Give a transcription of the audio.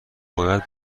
باید